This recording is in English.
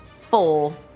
Four